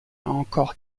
encore